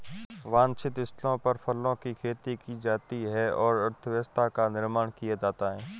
वांछित स्थलों पर फलों की खेती की जाती है और अर्थव्यवस्था का निर्माण किया जाता है